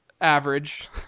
average